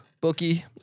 bookie